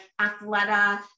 athleta